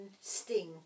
sting